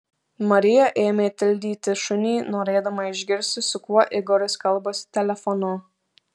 marija ėmė tildyti šunį norėdama išgirsti su kuo igoris kalbasi telefonu